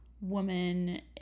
woman